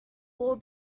all